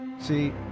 See